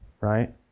Right